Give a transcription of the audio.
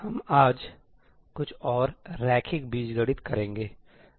हम आज कुछ और रैखिक बीजगणित करेंगे